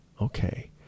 Okay